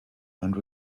and